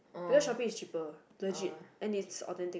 because shoppe is cheaper legit and is authentic one